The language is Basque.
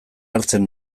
hartzen